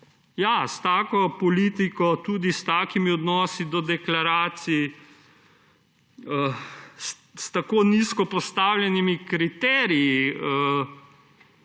ja, s tako politiko, tudi s takimi odnosi do deklaracij, s tako nizko postavljenimi kriteriji,